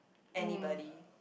anybody